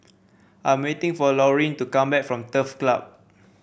I'm waiting for Laurene to come back from Turf Club